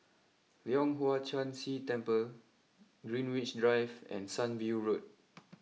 Leong Hwa Chan Si Temple Greenwich Drive and Sunview Road